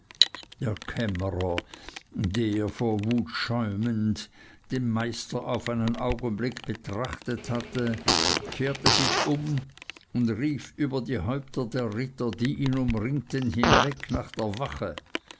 der vor wut schäumend den meister auf einen augenblick betrachtet hatte kehrte sich um und rief über die häupter der ritter die ihn umringten hinweg nach der wache